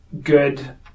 good